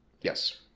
Yes